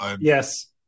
Yes